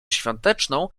świąteczną